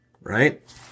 right